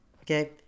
Okay